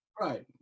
Right